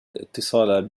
الإتصال